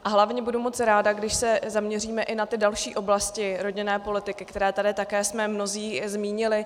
A hlavně budu moc ráda, když se zaměříme i na ty další oblasti rodinné politiky, které tady také jsme mnozí zmínili.